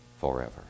forever